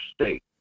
state